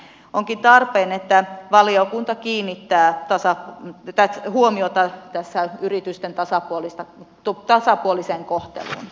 onkin tarpeen että valiokunta kiinnittää huomiota tässä yritysten tasapuolista tupo tasapuolisen kohtelun